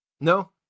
No